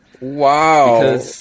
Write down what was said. Wow